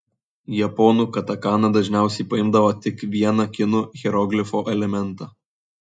japonų katakana dažniausiai paimdavo tik vieną kinų hieroglifo elementą